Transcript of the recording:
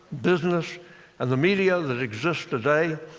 business and the media that exist today.